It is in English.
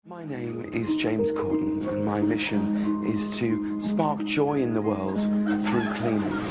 my name is james corden. and my mission is to spark joy in the world through cleaning,